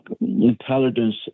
intelligence